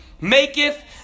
maketh